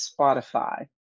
Spotify